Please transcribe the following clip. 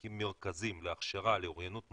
להקים מרכזים להכשרה לאוריינות מחשב,